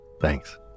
Thanks